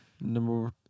Number